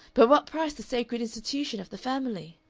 but what price the sacred institution of the family!